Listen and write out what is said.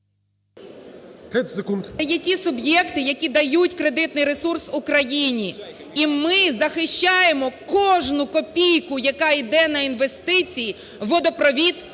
є ті суб'єкти, які дають кредитний ресурс Україні. І ми захищаємо кожну копійку, яка йде на інвестиції, водопровід,